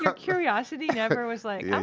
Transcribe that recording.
yeah curiosity never was like,